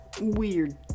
weird